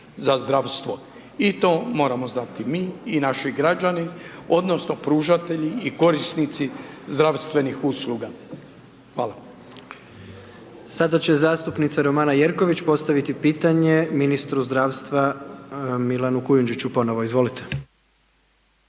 za zdravstvo i to moramo znati mi i naši građani odnosno pružatelji i korisnici zdravstvenih usluga. Hvala. **Jandroković, Gordan (HDZ)** Sada će zastupnica Romana Jerković postaviti pitanje ministru zdravstva Milanu Kujundžiću ponovno, izvolite.